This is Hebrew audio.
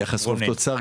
ביחס חוב-תוצר,